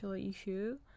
issue